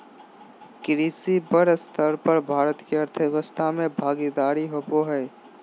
कृषि बड़ स्तर पर भारत के अर्थव्यवस्था में भागीदारी होबो हइ